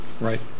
Right